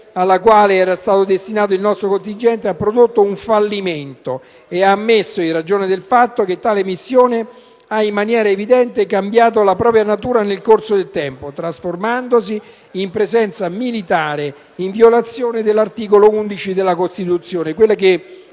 alla quale era stato destinato il nostro contingente ha prodotto un fallimento, e ciò va ammesso, in ragione del fatto che tale missione ha in maniera evidente cambiato la propria natura nel corso del tempo trasformandosi in presenza militare, in violazione dell'articolo 11 della Costituzione;